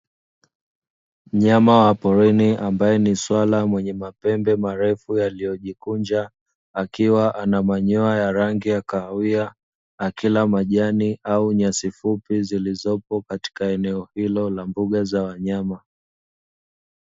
Mnyama wa porini, ambaye ni swala mwenye mapembe marefu yaliyojikunja, akiwa ana manyoya ya rangi ya kahawia, akila majani au nyasi fupi zilizopo katika eneo hilo la mbuga za wanyama.